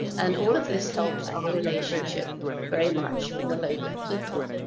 and all of this helped our relationship very much with the local people.